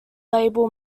label